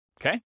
Okay